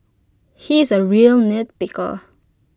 he is A real nitpicker